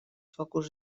focus